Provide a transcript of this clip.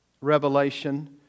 revelation